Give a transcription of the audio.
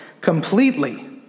completely